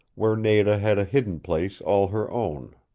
where nada had a hidden place all her own.